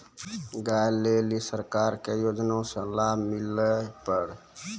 गाय ले ली सरकार के योजना से लाभ मिला पर?